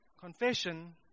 Confession